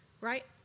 right